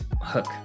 hook